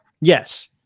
yes